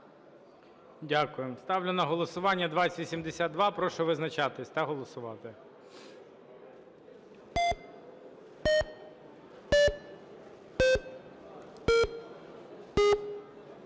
Ставлю на голосування 2077. Прошу визначатись та голосувати.